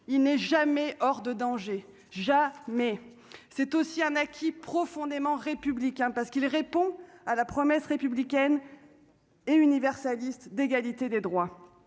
il n'est jamais hors de danger j'mais c'est aussi un acquis profondément républicain parce qu'il répond à la promesse républicaine et universaliste d'égalité des droits,